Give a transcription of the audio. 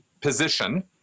position